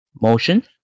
Motion